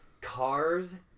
Cars